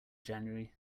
january